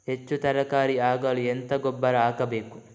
ಹೆಚ್ಚು ತರಕಾರಿ ಆಗಲು ಎಂತ ಗೊಬ್ಬರ ಹಾಕಬೇಕು?